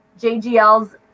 JGL's